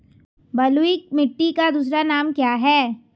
बलुई मिट्टी का दूसरा नाम क्या है?